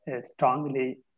strongly